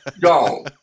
gone